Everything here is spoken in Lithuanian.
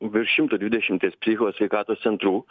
virš šimto dvidešimties psichikos sveikatos centrų